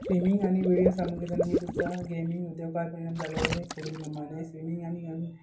streaming आणि video सामुग्रीच्या निमितचा गेमिंग उद्योगा परिणाम झाले हे पुढील प्रमाणे स्विमिंग आणि